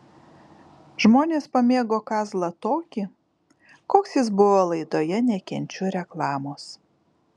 žmonės pamėgo kazlą tokį koks jis buvo laidoje nekenčiu reklamos